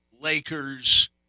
Lakers